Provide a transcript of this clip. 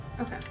Okay